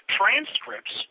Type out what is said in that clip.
transcripts